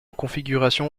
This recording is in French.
configuration